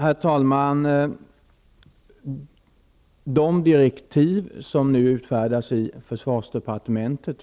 Herr talman! Gudrun Schymans första fråga gällde miljökonsekvenserna. De direktiv som nu utfärdas i försvarsdepartementet